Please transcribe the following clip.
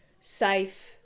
safe